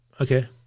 Okay